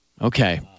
Okay